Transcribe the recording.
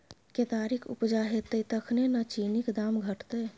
केतारीक उपजा हेतै तखने न चीनीक दाम घटतै